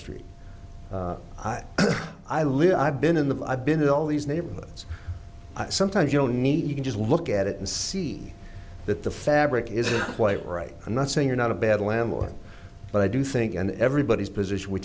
street i i live i've been in the i've been in all these neighborhoods sometimes you know neat you can just look at it and see that the fabric isn't quite right i'm not saying you're not a bad l'amour but i do think and everybody's position we